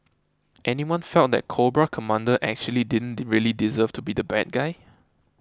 anyone felt that Cobra Commander actually didn't really deserve to be the bad guy